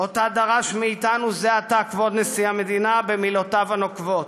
שדרש מאיתנו זה עתה כבוד נשיא המדינה במילותיו הנוקבות.